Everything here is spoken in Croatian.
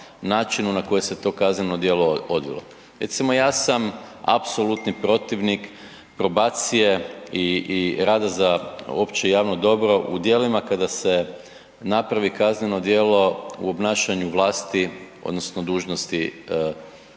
načinu na koje se to kazneno djelo odvilo. Recimo ja sam apsolutni protivnik probacije i rada za opće javno dobro u djelima kada se napravi kazneno djelo u obnašanju vlasti odnosno dužnosti